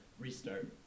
restart